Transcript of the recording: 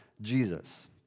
Jesus